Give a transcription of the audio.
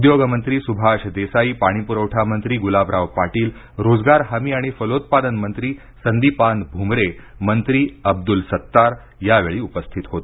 उद्योगमंत्री सुभाष देसाई पाणीप्रवठा मंत्री गुलाबराव पाटिल रोजगार हमी आणि फलोत्पादन मंत्री संदीपान भुमरे मंत्री अब्दुल सत्तार यावेळी उपस्थित होते